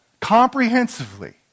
comprehensively